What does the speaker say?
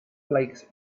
flakes